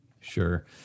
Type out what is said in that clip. Sure